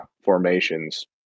formations